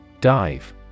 Dive